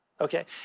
Okay